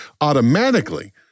automatically